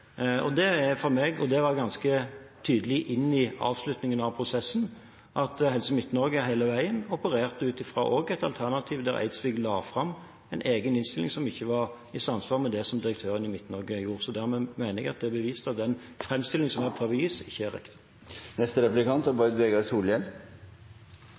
Det er og var for meg ganske tydelig inn i avslutningen av prosessen at Helse Midt-Norge hele veien også opererte ut ifra et alternativ der Eidsvik la fram en egen innstilling, som ikke var i samsvar med det som direktøren i Helse Midt-Norge gjorde. Dermed mener jeg at det er bevist at den framstillingen som en her prøver å gi, ikke er riktig.